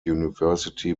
university